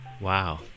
Wow